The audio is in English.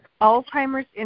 Alzheimer's